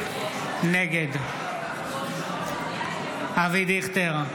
נגד אבי דיכטר,